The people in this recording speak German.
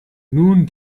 nun